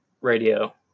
radio